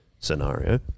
Scenario